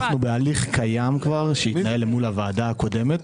אנחנו בהליך קיים כבר שהתנהל אל מול הוועדה הקודמת.